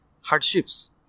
hardships